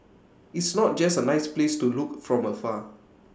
it's not just A nice place to look from afar